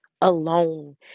alone